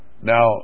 Now